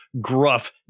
gruff